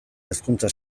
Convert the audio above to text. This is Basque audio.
hezkuntza